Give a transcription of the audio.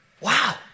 Wow